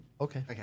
Okay